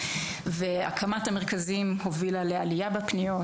והקמת המרכזים הובילה לעלייה בפניות,